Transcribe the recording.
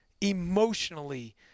emotionally